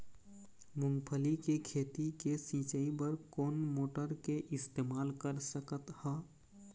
मूंगफली के खेती के सिचाई बर कोन मोटर के इस्तेमाल कर सकत ह?